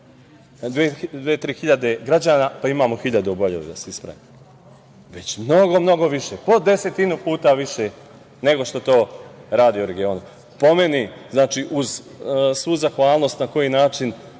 3.000 građana, pa imamo 1.000 obolelih, da se ispravim, već mnogo, mnogo više, po desetinu puta više nego što to rade u regionu. Po meni, znači, uz svu zahvalnost na koji način